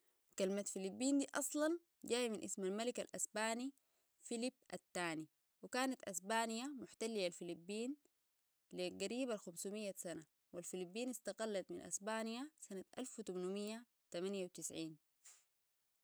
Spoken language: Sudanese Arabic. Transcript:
كلمة فليبين دي أصلاً جاي من اسم الملك الأسباني فليب الثاني وكانت أسبانيا محتلية الفليبين لقريب الخمسمية سنة والفليبين استقلت من أسبانيا سنة الف وتمنميه تمنيه وتسعين